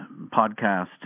podcast